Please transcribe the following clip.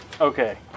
Okay